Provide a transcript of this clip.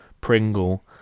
Pringle